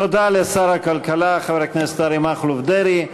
תודה לשר הכלכלה חבר הכנסת אריה מכלוף דרעי.